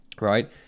right